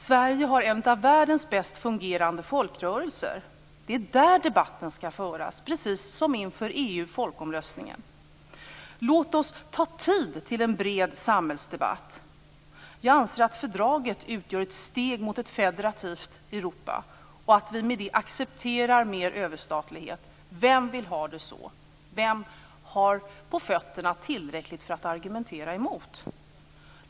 Sverige har en av världens bäst fungerande folkrörelser. Det är där debatten skall föras, precis som inför folkomröstningen. Låt oss ta tid för en bred samhällsdebatt! Jag anser att fördraget utgör ett steg mot ett federativt Europa och att vi med det accepterar mer överstatlighet. Vem vill ha det så? Vem har tillräckligt på fötterna för att argumentera emot?